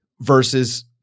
versus